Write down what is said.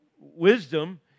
wisdom